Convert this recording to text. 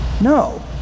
No